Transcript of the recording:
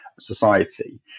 society